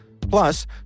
Plus